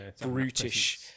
brutish